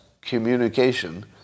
communication